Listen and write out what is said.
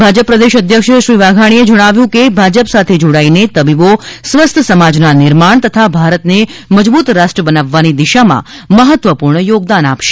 ભાજપ પ્રદેશ અધ્યક્ષ શ્રી વાઘાણીએ જણાવ્યું હતું કે ભાજપ સાથે જાડાઈને તબીબો સ્વસ્થ સમાજના નિર્માણ તથા ભારતને મજબૂત રાષ્ટ્ર બનાવવાની દિશામાં મહત્વપૂર્ણ યોગદાન આપશે